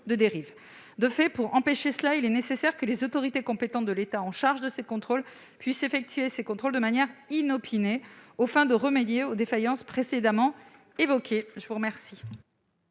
de dérive. De fait, pour empêcher cela, il est nécessaire que les autorités compétentes de l'État chargé de ces contrôles puissent les effectuer de manière inopinée, aux fins de remédier aux défaillances précédemment évoquées.